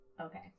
Okay